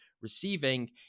receiving